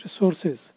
resources